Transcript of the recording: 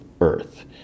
Earth